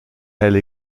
elle